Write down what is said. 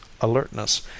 alertness